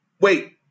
Wait